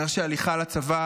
אומר שהליכה לצבא